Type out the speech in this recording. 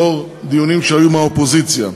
לאור דיונים שהיו עם האופוזיציה.